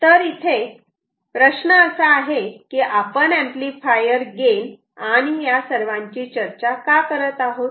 तर इथे प्रश्न असा आहे की आपण एंपलीफायर गेन आणि या सर्वांची चर्चा का करत आहोत